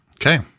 Okay